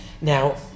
Now